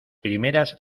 primeras